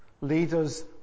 leaders